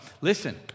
listen